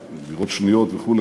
דירות שניות וכו'